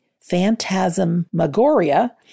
phantasmagoria